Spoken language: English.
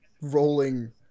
rolling